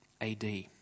AD